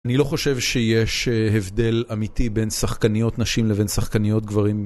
אני לא חושב שיש הבדל אמיתי בין שחקניות נשים לבין שחקניות גברים.